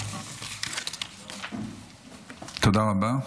תודה רבה.